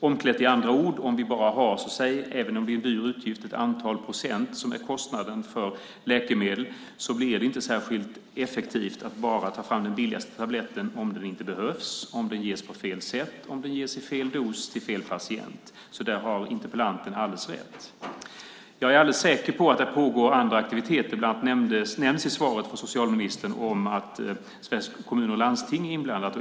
Omklätt i andra ord: Om vi bara har ett antal procent, även om det är en dyr utgift, som är kostnaden för läkemedel blir det inte särskilt effektivt att bara ta fram den billigaste tabletten om den inte behövs, om den ges på fel sätt, om den ges i fel dos och om den ges till fel patient. Där har interpellanten alldeles rätt. Jag är helt säker på att det pågår andra aktiviteter. Bland annat nämns i svaret från socialministern att Sveriges Kommuner och Landsting är inblandat.